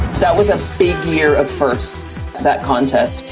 that was a big year of firsts, that contest.